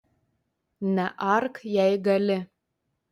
neark jei gali